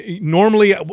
normally